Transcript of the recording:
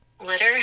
litter